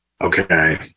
Okay